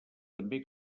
també